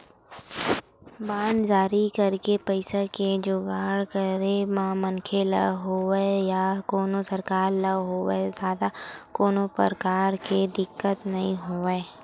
bond जारी करके पइसा के जुगाड़ करे म मनखे ल होवय या कोनो सरकार ल होवय जादा कोनो परकार के दिक्कत नइ होवय